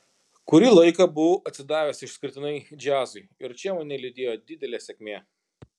kurį laiką buvau atsidavęs išskirtinai džiazui ir čia mane lydėjo didelė sėkmė